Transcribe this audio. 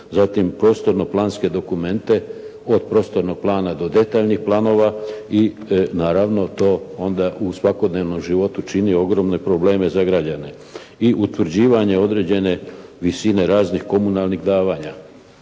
zatim prostorno planske dokumente od prostornog plana do detaljnih planova i naravno to onda u svakodnevnom životu čini ogromne probleme za građane i utvrđivanje određene visine raznih komunalnih davanja